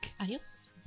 Adios